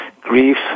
grief